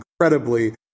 incredibly